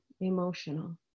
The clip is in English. emotional